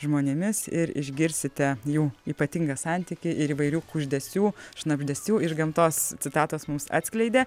žmonėmis ir išgirsite jų ypatingą santykį ir įvairių kuždesių šnabždesių iš gamtos citatos mums atskleidė